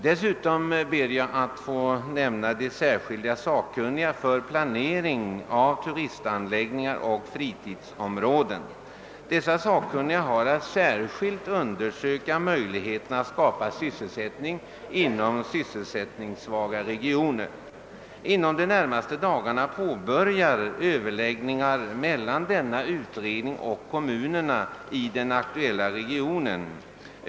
Dessutom ber jag att få nämna de särskilda sakkunniga för planering av turistanläggningar och fritidsområden. Dessa sakkunniga har att särskilt undersöka möjligheterna att skapa sysselsättning inom sysselsättningssvaga regioner. Inom de närmaste dagarna påbörjas överläggningar mellan denna utredning och kommunerna i den aktuella regionen.